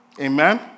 Amen